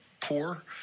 poor